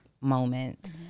moment